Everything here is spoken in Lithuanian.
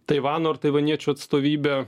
taivano ar taivaniečių atstovybę